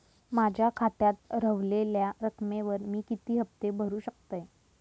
माझ्या खात्यात रव्हलेल्या रकमेवर मी किती हफ्ते भरू शकतय?